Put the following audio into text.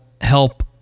help